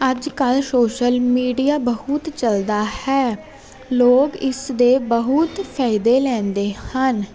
ਅੱਜ ਕੱਲ੍ਹ social media ਬਹੁਤ ਚੱਲਦਾ ਹੈ ਲੋਕ ਇਸ ਦੇ ਬਹੁਤ ਫਾਇਦੇ ਲੈਂਦੇ ਹਨ